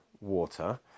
water